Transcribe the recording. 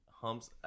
humps